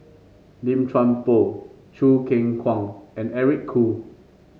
Lim Chuan Poh Choo Keng Kwang and Eric Khoo